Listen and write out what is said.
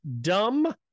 Dumb